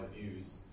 views